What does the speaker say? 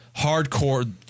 hardcore